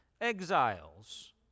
exiles